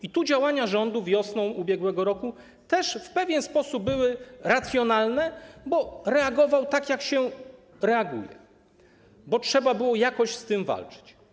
I tu działania rządu wiosną ubiegłego roku też w pewien sposób były racjonalne, bo reagował tak, jak się reaguje, ponieważ trzeba było jakoś z tym walczyć.